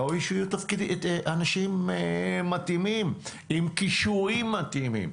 ראוי שיהיו את האנשים המתאימים עם כישורים מתאימים,